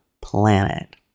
planet